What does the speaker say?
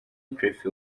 perefe